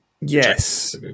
Yes